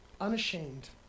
unashamed